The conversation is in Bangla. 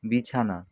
বিছানা